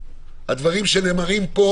הדברים שנאמרים פה